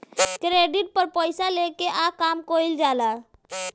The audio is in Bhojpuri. क्रेडिट पर पइसा लेके आ काम कइल जाला